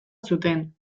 zuten